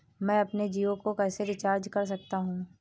मैं अपने जियो को कैसे रिचार्ज कर सकता हूँ?